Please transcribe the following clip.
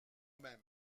même